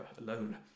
alone